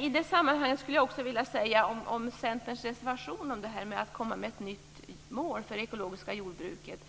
I det sammanhanget skulle jag också vilja säga något om Centerns reservation när det gäller det här att komma med ett nytt mål för det ekologiska jordbruket.